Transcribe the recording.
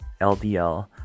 LDL